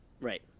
right